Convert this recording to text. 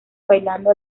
bailando